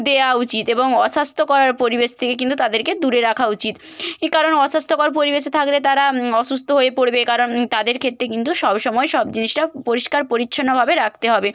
দেওয়া উচিত এবং অস্বাস্থ্যকর পরিবেশ থেকে কিন্তু তাদেরকে দূরে রাখা উচিত ই কারণ অস্বাস্থ্যকর পরিবেশে থাকলে তারা অসুস্থ হয়ে পড়বে কারণ তাদের ক্ষেত্রে কিন্তু সবসময় সব জিনিসটা পরিষ্কার পরিচ্ছন্নভাবে রাখতে হবে